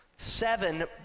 Seven